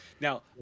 Now